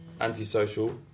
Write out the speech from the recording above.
antisocial